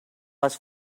was